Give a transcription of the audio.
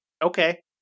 Okay